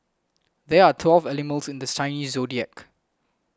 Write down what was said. there are twelve animals in this Chinese zodiac